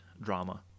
drama